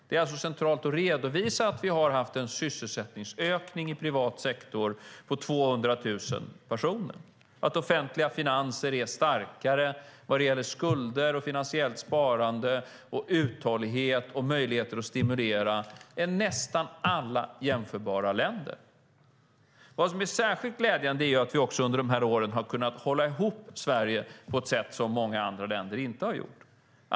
Det är centralt att redovisa att vi har haft en sysselsättningsökning i privat sektor på 200 000 personer. De offentliga finanserna är starkare när det gäller skulder, finansiellt sparande, uthållighet och möjligheter att stimulera mer än nästan alla jämförbara länder. Vad som är särskilt glädjande är att vi under de här åren har kunnat hålla ihop Sverige på ett sätt som många andra länder inte har gjort.